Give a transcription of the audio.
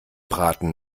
braten